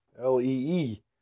L-E-E